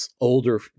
older